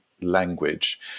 language